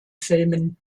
filmen